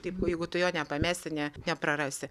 taip o jeigu tu jo nepamesi ne neprarasi